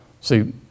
See